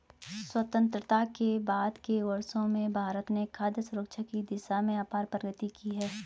स्वतंत्रता के बाद के वर्षों में भारत ने खाद्य सुरक्षा की दिशा में अपार प्रगति की है